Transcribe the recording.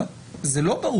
זה לא ברור.